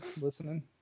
Listening